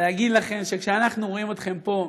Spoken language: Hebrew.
להגיד לכן שכשאנחנו רואים אתכן פה,